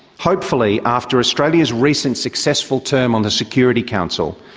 hopefully, after australia's recent successful term on the security council,